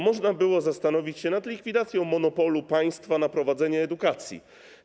Można było zastanowić się nad likwidacją monopolu państwa na prowadzenie edukacji.